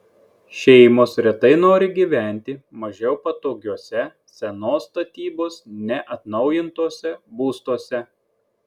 šeimos retai nori gyventi mažiau patogiuose senos statybos neatnaujintuose būstuose